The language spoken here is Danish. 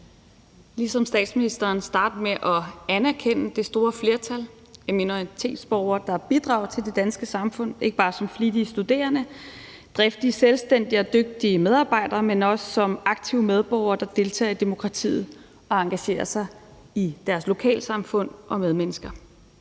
ligesom statsministeren starte med at anerkende det store flertal af minoritetsborgere, der bidrager til det danske samfund, ikke bare som flittige studerende, driftige selvstændige og dygtige medarbejdere, men også som aktive medborgere, der deltager i demokratiet og engagerer sig i deres lokalsamfund og medmennesker.